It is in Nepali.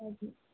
हजुर